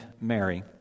Mary